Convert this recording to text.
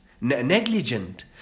negligent